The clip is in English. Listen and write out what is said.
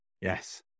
Yes